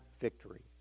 victory